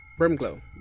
Brimglow